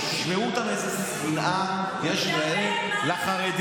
שישמעו אותם, איזו שנאה יש להם לחרדים.